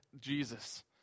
Jesus